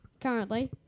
currently